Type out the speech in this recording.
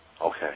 okay